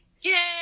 Yay